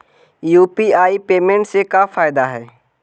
UPI payment से का फायदा है?